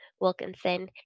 Wilkinson